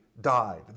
died